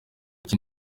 iki